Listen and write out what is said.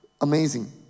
Amazing